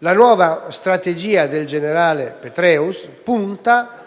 La nuova strategia del generale Petraeus punta